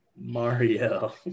Mario